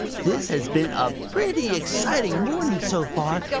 this has been a pretty exciting morning so far,